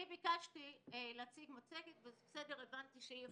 אני ביקשתי להציג מצגת, והבנתי שאי-אפשר.